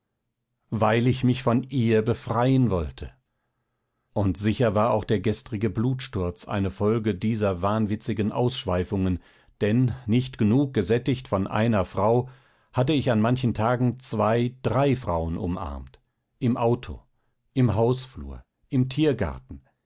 weil ich mich von ihr befreien wollte und sicher war auch der gestrige blutsturz eine folge dieser wahnwitzigen ausschweifungen denn nicht genug gesättigt von einer frau hatte ich an manchen tagen zwei drei frauen umarmt im auto im hausflur im tiergarten